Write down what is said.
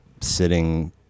sitting